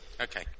Okay